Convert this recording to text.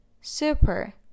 super